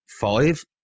five